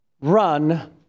Run